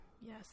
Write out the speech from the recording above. Yes